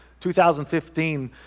2015